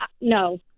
no